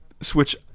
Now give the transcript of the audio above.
switch